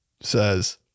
says